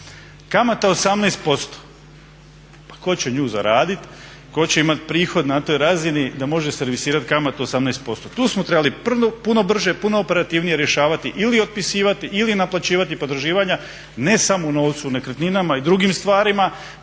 Kamata 18% pa tko će nju zaraditi, tko će imati prihod na toj razini da može servisirati kamatu od 18%. Tu smo trebali puno brže, puno operativnije rješavati ili otpisivati ili naplaćivati potraživanja, ne samo u novcu nekretninama i drugim stvarima.